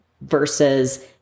versus